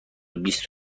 بیست